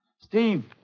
Steve